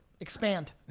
Expand